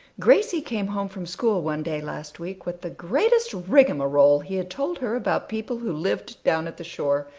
gracie came home from school one day last week with the greatest rigmarole he had told her about people who lived down at the shore.